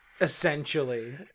essentially